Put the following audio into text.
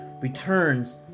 returns